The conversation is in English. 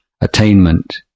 attainment